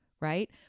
right